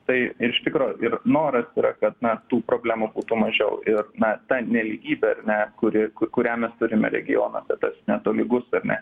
tai ir iš tikro ir noras yra kad na tų problemų būtų mažiau ir na ta nelygybė ar ne kuri kurią mes turime regionuose tas netolygus ar ne